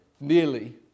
nearly